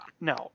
No